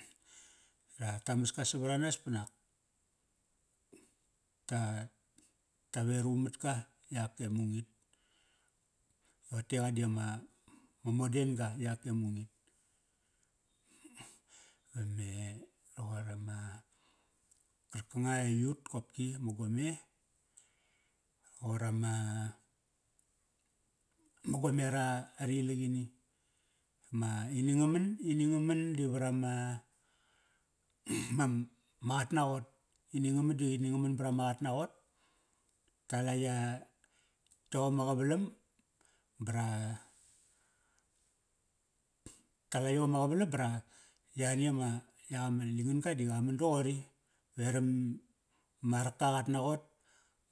Ra, ta mas ka savaranas panak ta, ta veru matka yak e mungit. Toqote qa di ama, ma moden ga yak e mungit. Ba me, roqor ama karka nga i ut kopki ama gome roqor ma gome ara, ar ilak ini. Ma ini nga man, ini nga man di varama ma, ma qatnaqot. Ini nga man di ini nga man brama qatnaqot. Tala ya, yom ma qavalam ba ra, tala yom ma qavalam ba ra, yani ama, yak ama lingan ga di qa man doqori. Veram ma raka qat naqot.